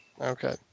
Okay